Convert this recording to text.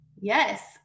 Yes